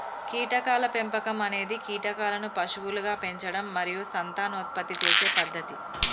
కీటకాల పెంపకం అనేది కీటకాలను పశువులుగా పెంచడం మరియు సంతానోత్పత్తి చేసే పద్ధతి